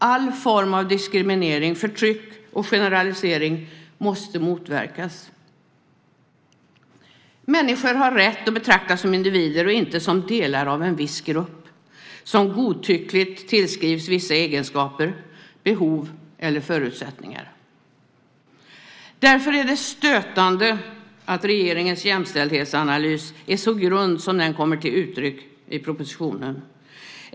All form av diskriminering, förtryck och generalisering måste motverkas. Människor har rätt att betraktas som individer och inte som delar av en viss grupp som godtyckligt tillskrivs vissa egenskaper, behov eller förutsättningar. Därför är det stötande att regeringens jämställdhetsanalys är så grund som den kommer till uttryck i propositionen.